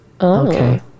Okay